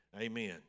Amen